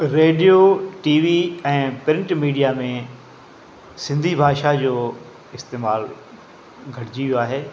radio TV ऐं print media में सिंधी भाषा जो इस्तेमालु घटिजी वियो आहे